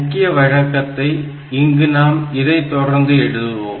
முக்கிய வழக்கத்தை இங்கு நாம் இதைத் தொடர்ந்து எழுதுவோம்